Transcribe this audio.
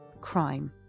crime